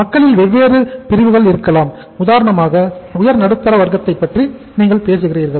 மக்களில் வெவ்வேறு பிரிவுகள் இருக்கலாம் உதாரணமாக உயர் நடுத்தர வர்க்கத்தை பற்றி பேசுகிறீர்கள்